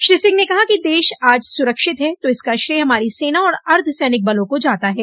श्री सिंह ने कहा कि देश आज सुरक्षित है तो इसका श्रेय हमारी सेना और अर्द्व सैनिक बलों को जाता है